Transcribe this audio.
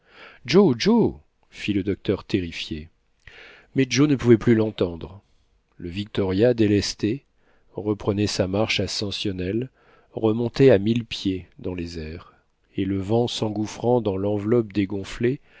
joe fit le docteur terrifié mais joe ne pouvait plus l'entendre le victoria délesté reprenait sa marche ascensionnelle remontait à mille pieds dans les airs et le vent s'engouffrant dans l'enveloppe dégonflée